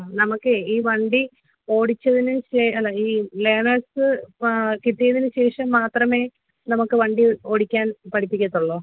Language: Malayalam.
നമുക്കെ ഈ വണ്ടി ഓടിച്ചതിന് ശേഷം അല്ല ഈ ലേണേഴ്സ് ഇപ്പം കിട്ടിയതിന് ശേഷം മാത്രമേ നമുക്ക് വണ്ടി ഓടിക്കാൻ പഠിപ്പിക്കത്തുള്ളു